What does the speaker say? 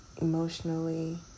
emotionally